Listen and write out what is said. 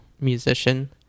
musician